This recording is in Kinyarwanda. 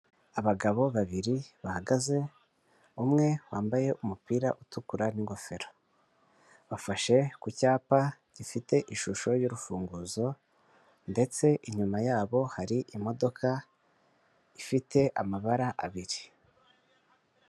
Abagabo babiri bahagaze umwe wambaye umupira utukura n'ingofero, bafashe ku cyapa gifite ishusho y'urufunguzo ndetse inyuma yabo hari imodoka ifite amabara abiri.